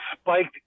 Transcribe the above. spiked